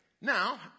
Now